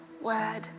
word